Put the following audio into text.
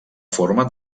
forma